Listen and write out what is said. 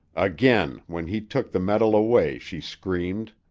again, when he took the metal away, she screamed.